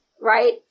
right